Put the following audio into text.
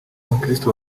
abakristo